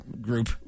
group